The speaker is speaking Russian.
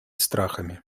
страхами